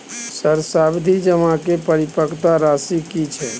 हमर सावधि जमा के परिपक्वता राशि की छै?